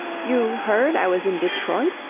you heard i was in detroit?